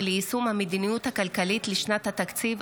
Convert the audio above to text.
4 והוראת שעה, חרבות ברזל) (תיקון), התשפ"ד